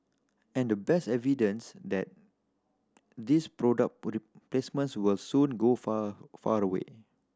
and the best evidence that this product placements will soon go far far away